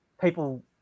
people